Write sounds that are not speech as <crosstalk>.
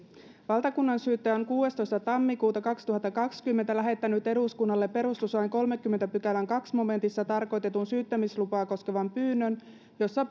valtakunnansyyttäjä on kuudestoista ensimmäistä kaksituhattakaksikymmentä lähettänyt eduskunnalle perustuslain kolmannenkymmenennen pykälän toisessa momentissa tarkoitetun syyttämislupaa koskevan pyynnön jossa <unintelligible>